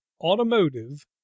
automotive